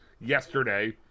yesterday